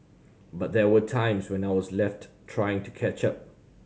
but there were times when I was left trying to catch up